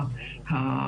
התאגיד,